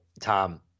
Tom